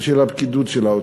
ושל הפקידות של האוצר.